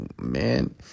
man